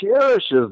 cherishes